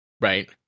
Right